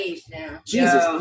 Jesus